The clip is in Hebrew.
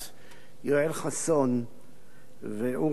יואל חסון ואורי מקלב